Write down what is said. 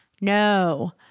No